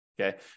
Okay